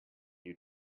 you